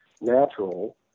natural